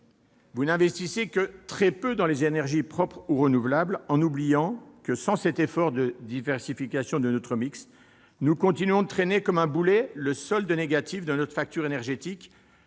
vous n'investissez que très peu dans les énergies propres ou renouvelables, en oubliant que, sans cet effort de diversification de notre mix, nous continuerons de traîner comme un boulet le solde négatif de notre facture énergétique-